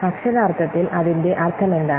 അക്ഷരാർത്ഥത്തിൽ അതിന്റെ അർത്ഥമെന്താണ്